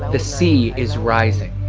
the sea is rising!